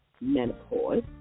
menopause